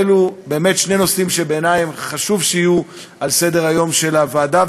אלו באמת שני נושאים שבעיני חשוב שיהיו על סדר-היום של הוועדה,